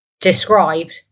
described